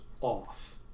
off